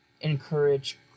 encourage